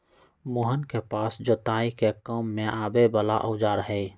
मोहन के पास जोताई के काम में आवे वाला औजार हई